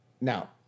Now